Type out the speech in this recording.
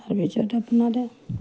তাৰ পিছত আপোনাৰ